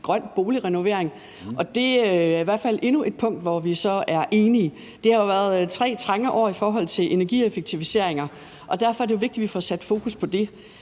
grøn boligrenovering, og det er i hvert fald endnu et punkt, hvor vi er enige. Det har jo været 3 trange år i forhold til energieffektiviseringer, og derfor er det vigtigt, at vi får sat fokus på det.